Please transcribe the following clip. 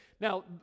Now